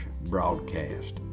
broadcast